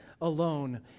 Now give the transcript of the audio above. alone